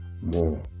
More